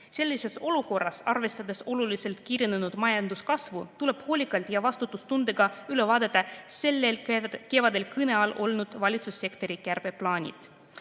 Sellises olukorras, arvestades oluliselt kiirenenud majanduskasvu, tuleb hoolikalt ja vastutustundega üle vaadata sellel kevadel kõne all olnud valitsussektori kärpimise plaanid.